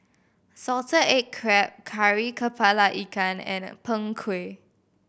salted egg crab Kari Kepala Ikan and Png Kueh